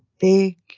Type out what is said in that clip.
big